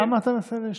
למה אתה מסייע לאשתך?